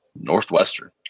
Northwestern